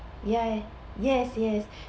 ya yes yes